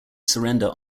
surrender